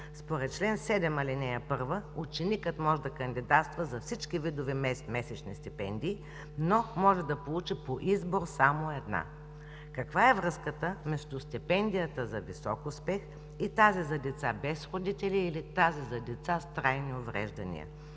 Според чл. 7, ал. 1 ученикът може да кандидатства за всички видове месечни стипендии, но може да получи по избор само една. Каква е връзката между стипендията за висок успех и тази за деца без родители или тази за деца с трайни увреждания.